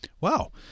Wow